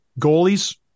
goalies